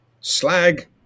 Slag